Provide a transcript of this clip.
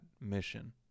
mission